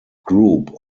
group